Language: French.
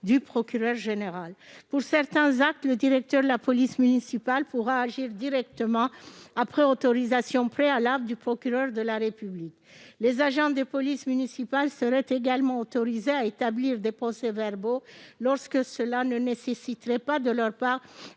du procureur général. Pour certains actes, le directeur de la police municipale pourra agir directement après autorisation préalable du procureur de la République. Les agents de police municipale seraient également autorisés à établir des procès-verbaux lorsque cela ne nécessite pas de leur part